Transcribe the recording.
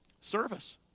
Service